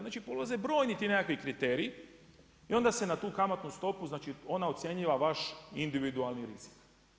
Znači ulaze brojni ti nekakvi kriteriji i onda se na tu kamatnu stopu, znači ona ocjenjiva vaš individualni rizik.